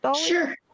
Sure